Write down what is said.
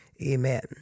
Amen